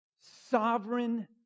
Sovereign